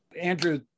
Andrew